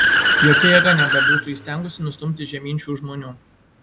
jokia jėga nebebūtų įstengusi nustumti žemyn šių žmonių